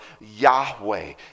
Yahweh